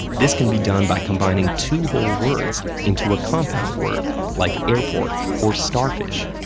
this can be done by combining two whole words into a compound word, like airport or starfish,